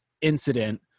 incident